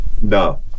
No